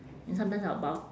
and sometimes I'll b~